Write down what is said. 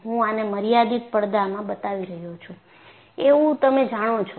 હું આને મર્યાદિત પડદામાં બતાવી રહ્યો છું એવું તમે જાણો છો